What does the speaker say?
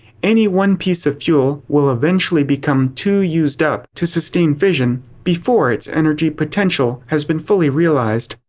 any one piece of fuel will eventually become too used up to sustain fission before its energy potential has been fully realized.